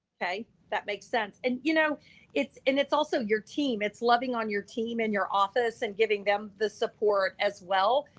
okay, that makes sense. and you know and it's also your team. it's loving on your team and your office and giving them the support as well.